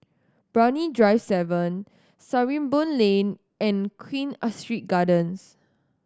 Brani Drive Seven Sarimbun Lane and Queen Astrid Gardens